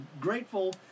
grateful